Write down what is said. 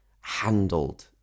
handled